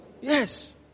yes